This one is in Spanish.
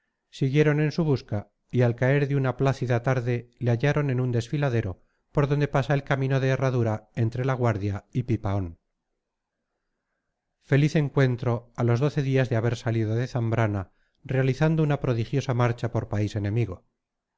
siguieron en su busca y al caer de una plácida tarde le hallaron en un desfiladero por donde pasa el camino de herradura entre la guardia y pipaón feliz encuentro a los doce días de haber salido de zambrana realizando una prodigiosa marcha por país enemigo